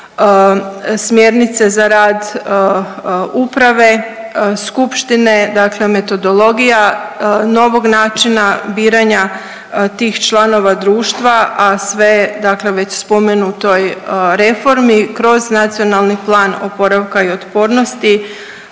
smjernice za rad uprave, skupštine dakle metodologija novog načina biranja tih članova društva, a sve već spomenutoj reformi kroz NPOO i sukladno